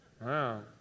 Wow